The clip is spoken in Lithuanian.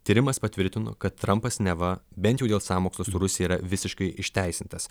tyrimas patvirtino kad trampas neva bent dėl sąmokslo su rusija yra visiškai išteisintas